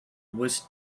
was